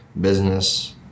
business